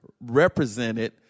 represented